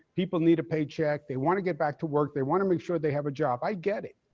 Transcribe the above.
people need a paycheck, they want to get back to work, they want to make sure they have a job. i get it.